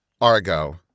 Argo